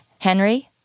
Henry